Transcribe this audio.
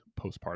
postpartum